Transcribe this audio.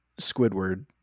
Squidward